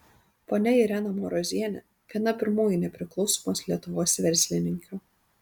ponia irena marozienė viena pirmųjų nepriklausomos lietuvos verslininkių